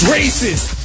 racist